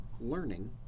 learning